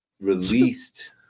released